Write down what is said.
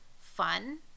fun